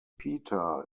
peter